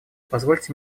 позвольте